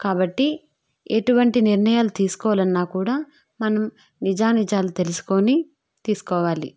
కాబట్టి ఎటువంటి నిర్ణయాలు తీసుకోవాలన్నా కూడా మనం నిజా నిజాలు తెలుసుకొని తీసుకోవాలి